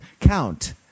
Count